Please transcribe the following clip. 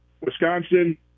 Wisconsin